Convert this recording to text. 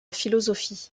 philosophie